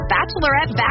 Bachelorette